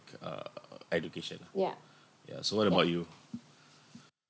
uh education ya so what about you